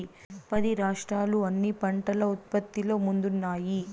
పది రాష్ట్రాలు అన్ని పంటల ఉత్పత్తిలో ముందున్నాయి